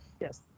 Yes